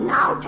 Now